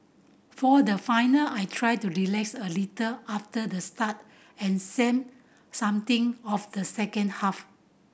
for the final I tried to relax a little after the start and same something of the second half